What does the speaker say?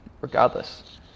regardless